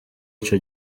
ico